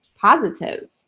positive